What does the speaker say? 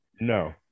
no